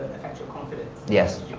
affect your confidence? yes,